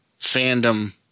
fandom